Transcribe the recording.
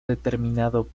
determinado